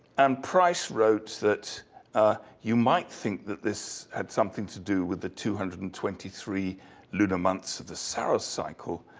and price wrote that you might think that this had something to do with the two hundred and twenty three lunar months of the so cycle.